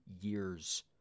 years